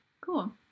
cool